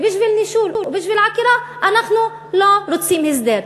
ובשביל נישול ובשביל עקירה אנחנו לא רוצים הסדר.